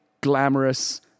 glamorous